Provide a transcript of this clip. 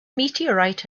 meteorite